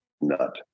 nut